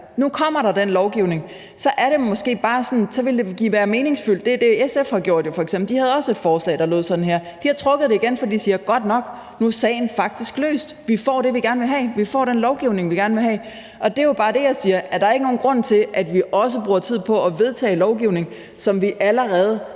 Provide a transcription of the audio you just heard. Nu kommer den lovgivning, og så ville det være meningsfyldt at gøre det, som f.eks. SF har gjort. De havde også et forslag om det her, men de har trukket det tilbage og har sagt: Nu er sagen faktisk løst; vi får det, vi gerne vil have; vi får den lovgivning, vi gerne vil have. Det er jo bare det, jeg siger. Der er jo ikke nogen grund til, at vi også bruger tid på at vedtage forslag, når vi allerede